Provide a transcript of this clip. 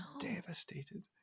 devastated